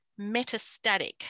metastatic